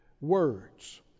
words